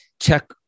check